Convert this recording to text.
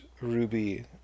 ruby